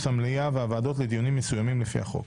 _ _המליאה והוועדות לדיונים מסוימים לפי החוק.